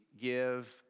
give